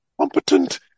competent